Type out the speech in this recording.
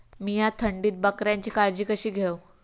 मीया थंडीत बकऱ्यांची काळजी कशी घेव?